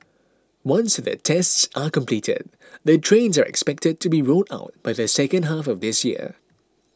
once the tests are completed the trains are expected to be rolled out by the second half of this year